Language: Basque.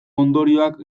ondorioak